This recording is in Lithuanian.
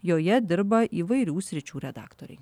joje dirba įvairių sričių redaktoriai